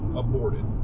aborted